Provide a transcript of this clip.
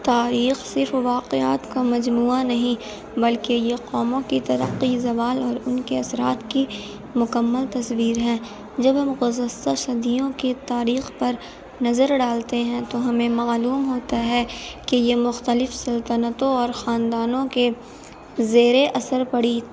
تاریخ صرف واقعات کا مجموعہ نہیں بلکہ یہ قوموں کی ترقی زوال اور ان کے اثرات کی مکمل تصویر ہے جب ہم گزشتہ صدیوں کے تاریخ پر نظر ڈالتے ہیں تو ہمیں معلوم ہوتا ہے کہ یہ مختلف سلطنتوں اور خاندانوں کے زیر اثر پڑی